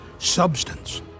substance